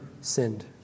sinned